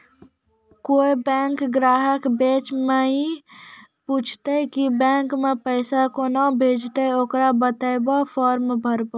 कोय बैंक ग्राहक बेंच माई पुछते की बैंक मे पेसा केना भेजेते ते ओकरा बताइबै फॉर्म भरो